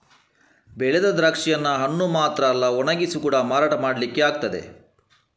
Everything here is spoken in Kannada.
ಬೆಳೆದ ದ್ರಾಕ್ಷಿಯನ್ನ ಹಣ್ಣು ಮಾತ್ರ ಅಲ್ಲ ಒಣಗಿಸಿ ಕೂಡಾ ಮಾರಾಟ ಮಾಡ್ಲಿಕ್ಕೆ ಆಗ್ತದೆ